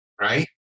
right